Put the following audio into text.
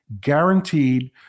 guaranteed